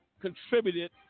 contributed